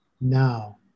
Now